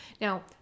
Now